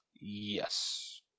Yes